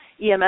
EMS